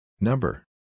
Number